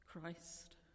Christ